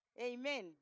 Amen